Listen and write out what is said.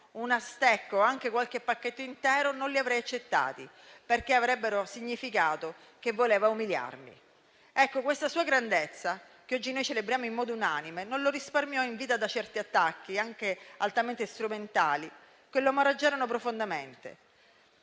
una stecca o anche qualche pacchetto intero non li avrebbe accettati, perché avrebbero significato che voleva umiliarlo. Questa sua grandezza, che oggi noi celebriamo in modo unanime, non lo risparmiò in vita da certi attacchi, anche altamente strumentali, che lo amareggiarono profondamente.